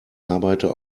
arbeiter